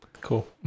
Cool